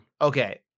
Okay